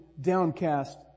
downcast